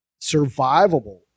survivable